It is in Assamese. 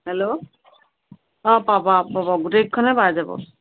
হেল্ল' অ পাব পাব গোটেইকেইখনেই পাই যাব